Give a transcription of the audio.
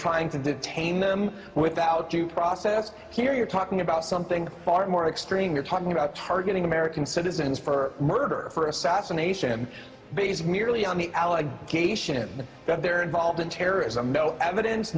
trying to detain them without due process here you're talking about something far more extreme you're talking about targeting american citizens for murder for assassination because merely on the allegation that they're involved in terrorism no evidence